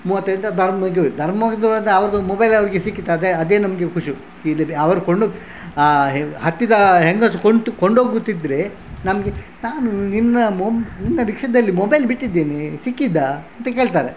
ಮೂವತ್ತೈದು ರೂಪಾಯಿ ಧರ್ಮಕ್ಕೆ ಹೋಯಿತು ಧರ್ಮಕ್ಕೆ ಬದಲು ಅವ್ರದ್ದು ಮೊಬೈಲ್ ಅವರಿಗೆ ಸಿಕ್ಕಿತು ಅದೇ ಅದೇ ನಮಗೆ ಖುಷಿ ಈ ರೀತಿ ಅವರು ಕೊಂಡು ಹತ್ತಿದ ಹೆಂಗಸು ಕೊಂಡೋಗುತ್ತಿದ್ರೆ ನಮಗೆ ನಾನು ನಿನ್ನ ಮೊ ನಿನ್ನ ರಿಕ್ಷಾದಲ್ಲಿ ಮೊಬೈಲ್ ಬಿಟ್ಟಿದ್ದೇನೆ ಸಿಕ್ಕಿತಾ ಅಂತ ಕೇಳ್ತಾರೆ